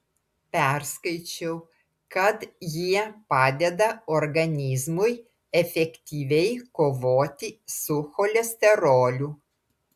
perskaičiau kad jie padeda organizmui efektyviai kovoti su cholesteroliu